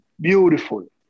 Beautiful